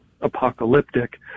apocalyptic